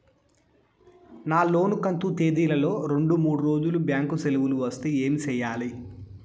నా లోను కంతు తేదీల లో రెండు మూడు రోజులు బ్యాంకు సెలవులు వస్తే ఏమి సెయ్యాలి?